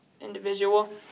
individual